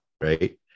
right